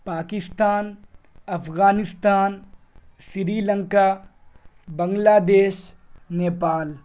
Pakistan Afghanistan Sri Lanka Bangladesh Nepal